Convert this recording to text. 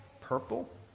purple